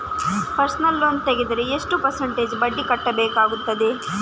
Personal loan ತೆಗೆದರೆ ಎಷ್ಟು percentage ಬಡ್ಡಿ ಕಟ್ಟಬೇಕಾಗುತ್ತದೆ?